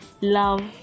love